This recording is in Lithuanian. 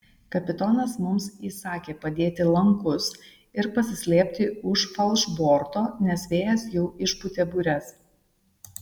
kapitonas mums įsakė padėti lankus ir pasislėpti už falšborto nes vėjas jau išpūtė bures